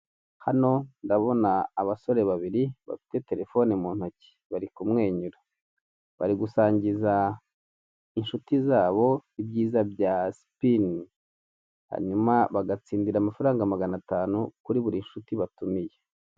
Hano ndabona abasore babiri bafite terefone mu ntoki bari kumwenyura, bari gusangiza inshuti zabo ibyiza bya sipini hanyuma bagatsindira amafaranga maganatanu kuri buri nshuti batumiye.